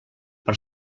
per